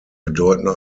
bedeutende